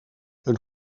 een